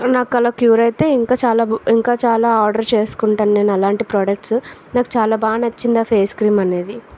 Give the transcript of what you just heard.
నాకల క్యూర్ ఇంకా చాలా ఇంకా చాలా ఆర్డర్ చేసుకుంటాను నేను అలాంటి ప్రాడక్ట్స్ నాకు చాలా బాగా నచ్చింది ఆ ఫేస్ క్రీమ్ మరేమో అనేది